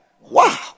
Wow